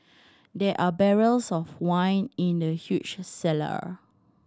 there are barrels of wine in the huge cellar